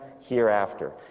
hereafter